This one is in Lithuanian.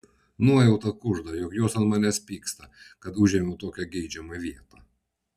nuojauta kužda jog jos ant manęs pyksta kad užėmiau tokią geidžiamą vietą